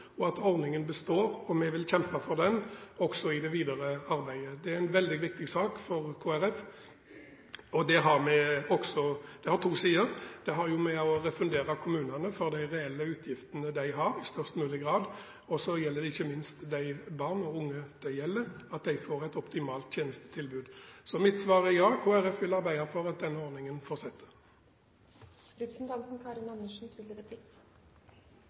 at ordningen består, og vi vil kjempe for den også i det videre arbeidet. Det er en veldig viktig sak for Kristelig Folkeparti. Saken har to sider: Det handler om i størst mulig grad å refundere kommunene for de reelle utgiftene de har, og det gjelder ikke minst at barn og unge det gjelder, får et optimalt tjenestetilbud. Mitt svar er ja, Kristelig Folkeparti vil arbeide for at denne ordningen